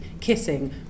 kissing